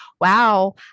wow